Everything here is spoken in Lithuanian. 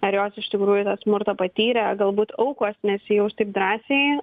ar jos iš tikrųjų tą smurtą patyrė galbūt aukos nesijaus taip drąsiai